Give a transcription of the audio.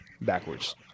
backwards